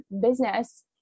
business